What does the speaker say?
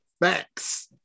Facts